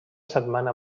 setmana